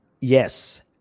Yes